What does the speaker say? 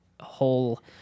whole